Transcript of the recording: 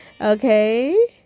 Okay